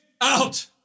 out